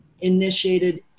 initiated